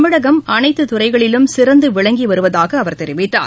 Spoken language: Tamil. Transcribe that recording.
தமிழகம் அனைத்துத் துறைகளிலும் சிறந்துவிளங்கிவருவதாகஅவர் தெரிவித்தார்